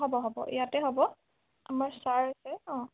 হ'ব হ'ব ইয়াতে হ'ব আমাৰ ছাৰ আছে অঁ